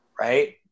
right